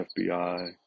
FBI